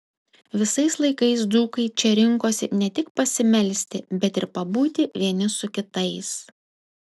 visais laikais dzūkai čia rinkosi ne tik pasimelsti bet ir pabūti vieni su kitais